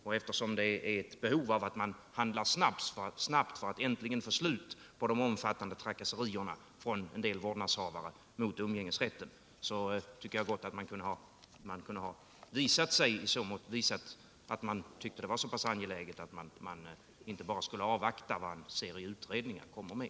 Och eftersom det finns behov av att handla snabbt för att äntligen få slut på omfattande trakasserier från en del vårdnadshavare mot umgängesrätten, tycker jag gott att utskottet kunde ha visat att det var så pass angeläget genom att inte bara avvakta vad en serie utredningar kommer med.